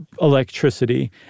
electricity